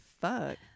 fuck